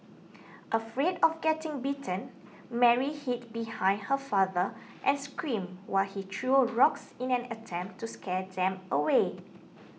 afraid of getting bitten Mary hid behind her father and screamed while he threw rocks in an attempt to scare them away